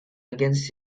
against